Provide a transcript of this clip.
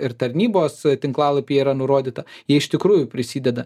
ir tarnybos tinklalapyje yra nurodyta jie iš tikrųjų prisideda